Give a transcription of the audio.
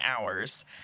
hours